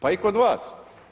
Pa i kod vas.